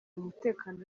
umutekano